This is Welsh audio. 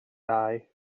dau